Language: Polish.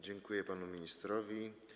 Dziękuję panu ministrowi.